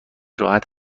راحت